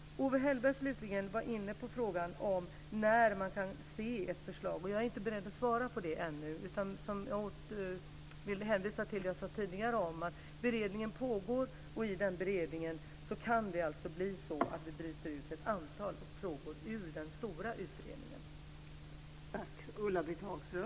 Slutligen var Owe Hellberg inne på frågan om när ett förslag kommer att föreligga. Jag är inte ännu beredd att svara på det. Jag hänvisar till det som jag tidigare sade om att beredningen pågår och att det därunder kan bli så att vi bryter ut ett antal frågor ur den stora utredningen.